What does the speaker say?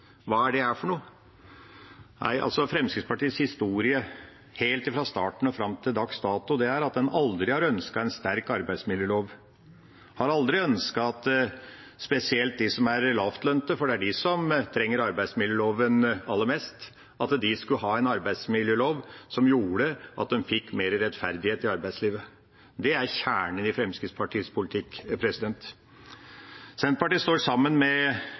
Hva er dette for noe? Fremskrittspartiets historie helt fra starten og fram til dags dato er at de aldri har ønsket en sterk arbeidsmiljølov. De har aldri ønsket at spesielt de som er lavtlønnet – for det er de som trenger arbeidsmiljøloven aller mest – skulle ha en arbeidsmiljølov som gjorde at de fikk mer rettferdighet i arbeidslivet. Det er kjernen i Fremskrittspartiets politikk. Senterpartiet står sammen med